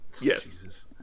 Yes